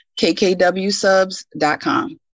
kkwsubs.com